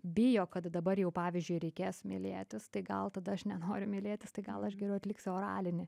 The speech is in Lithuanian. bijo kad dabar jau pavyzdžiui reikės mylėtis tai gal tada aš nenoriu mylėtis tai gal aš geriau atliksiu oralinį